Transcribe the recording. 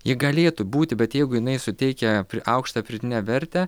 ji galėtų būti bet jeigu jinai suteikia pri aukštą pridėtinę vertę